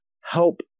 help